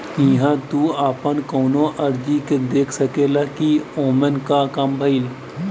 इहां तू आपन कउनो अर्जी के देख सकेला कि ओमन क काम भयल